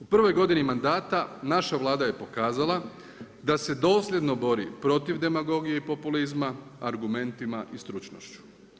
U prvoj godini mandata naša Vlada je pokazala da se dosljedno bori protiv demagogije i populizma, argumentima i stručnošću.